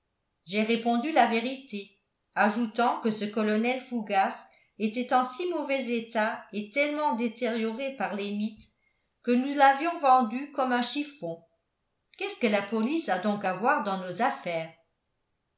j'ai répondu la vérité ajoutant que ce colonel fougas était en si mauvais état et tellement détérioré par les mites que nous l'avions vendu comme un chiffon qu'est-ce que la police a donc à voir dans nos affaires